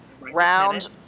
round